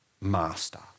master